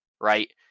Right